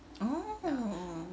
oh